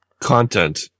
content